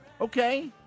Okay